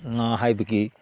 ꯉꯥ ꯍꯥꯏꯕꯒꯤ